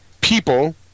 people